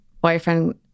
boyfriend